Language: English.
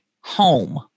home